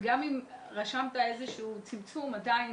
גם אם רשמת איזה צמצום, עדיין